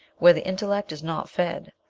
where the intellect is not fed.